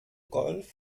golf